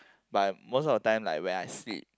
but I'm most of the time like when I sleep